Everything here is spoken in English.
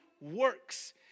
works